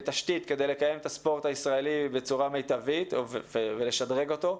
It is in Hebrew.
בתשתית כדי לקדם את הספורט הישראלי בצורה מיטבית ולשדרג אותו.